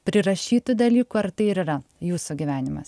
prirašytė dalykų ar tai yra jūsų gyvenimas